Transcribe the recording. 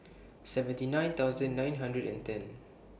seventy nine thousand nine hundred and ten